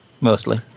mostly